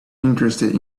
interested